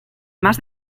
más